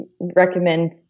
recommend